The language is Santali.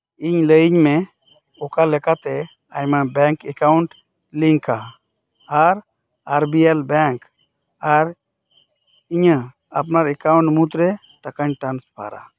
ᱤᱧ ᱞᱟᱹᱭᱟᱹᱧ ᱢᱮ ᱚᱠᱟᱞᱮᱠᱟᱛᱮ ᱟᱭᱢᱟ ᱵᱮᱝᱠ ᱮᱠᱟᱣᱩᱱᱴ ᱞᱤᱝᱠ ᱟ ᱟᱨᱵᱤᱮᱞ ᱵᱮᱝᱠ ᱟᱨ ᱤᱧᱟᱜ ᱟᱯᱱᱟᱨ ᱮᱠᱟᱩᱱᱴ ᱢᱩᱫ ᱨᱮ ᱴᱟᱠᱟᱧ ᱴᱨᱟᱱᱥᱯᱟᱨᱟ